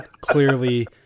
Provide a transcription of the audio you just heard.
clearly